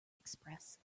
express